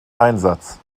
einsatz